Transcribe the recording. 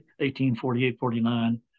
1848-49